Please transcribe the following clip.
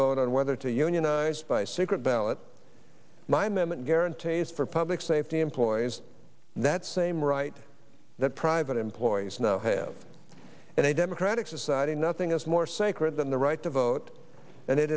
vote on whether to unionize by secret ballot my minute guarantees for public safety employees that same right that private employees now have in a democratic society nothing is more sacred than the right to vote and it